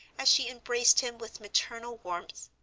as she embraced him with maternal warmth,